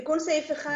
תיקון סעיף 1,